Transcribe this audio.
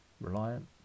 reliant